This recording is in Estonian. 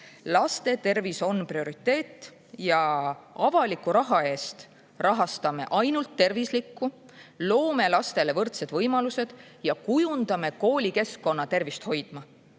Laste tervis on prioriteet ja avaliku raha eest rahastame ainult tervislikku, loome lastele võrdsed võimalused ja kujundame koolikeskkonna tervist hoidma.